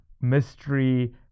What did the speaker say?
mystery